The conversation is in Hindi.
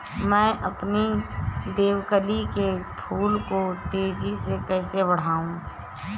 मैं अपने देवकली के फूल को तेजी से कैसे बढाऊं?